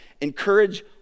encourage